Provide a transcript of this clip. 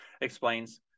explains